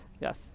yes